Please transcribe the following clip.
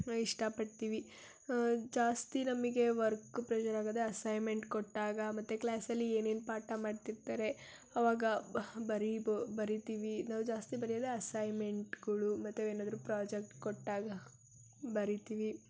ಇಷ್ಟ ಪಡ್ತೀವಿ ಜಾಸ್ತಿ ನಮಗೆ ವರ್ಕ್ ಪ್ರೆಶರ್ ಆಗೋದೇ ಅಸೈನ್ಮೆಂಟ್ ಕೊಟ್ಟಾಗ ಮತ್ತು ಕ್ಲಾಸಲ್ಲಿ ಏನೇನು ಪಾಠ ಮಾಡ್ತಿರ್ತಾರೆ ಅವಾಗ ಬರಿಬೊ ಬರಿತೀವಿ ನಾವು ಜಾಸ್ತಿ ಬರಿಯೋದೇ ಅಸೈನ್ಮೆಂಟ್ಗಳು ಮತ್ತು ಏನಾದ್ರೂ ಪ್ರಾಜೆಕ್ಟ್ ಕೊಟ್ಟಾಗ ಬರಿತೀವಿ